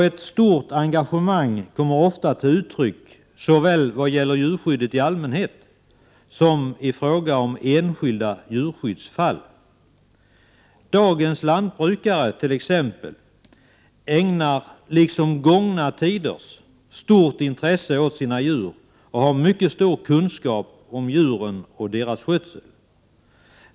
Ett stort engagemang kommer ofta till uttryck såväl vad gäller djurskyddet i allmänhet som i fråga om enskilda djurskyddsfall. Dagens lantbrukare exempelvis ägnar, liksom gångna tiders lantbrukare gjorde, stort intresse åt sina djur och har mycket stor kunskap om djuren och skötseln av dessa.